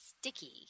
sticky